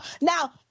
Now